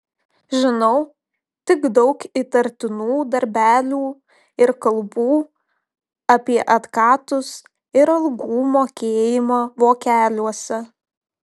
žinau tik daug įtartinų darbelių ir kalbų apie atkatus ir algų mokėjimą vokeliuose